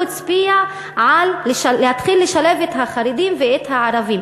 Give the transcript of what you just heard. והוא הצביע על להתחיל לשלב את החרדים ואת הערבים.